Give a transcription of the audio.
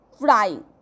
frying